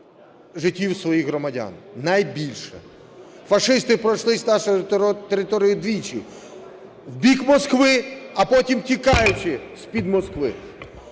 життів своїх громадян. Найбільше. Фашисти пройшлися нашою територією двічі: в бік Москви, а потім тікаючи з-під Москви.